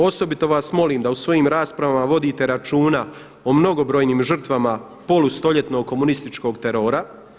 Osobito vas molim da u svojim raspravama vodite računa o mnogobrojnim žrtvama polustoljetnog komunističkog terora.